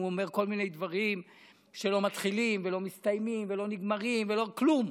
הוא אומר כל מיני דברים שלא מתחילים ולא מסתיימים ולא נגמרים ולא כלום.